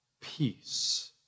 Peace